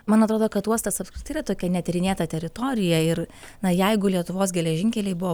man atrodo kad uostas apskritai yra tokia netyrinėta teritorija ir na jeigu lietuvos geležinkeliai buvo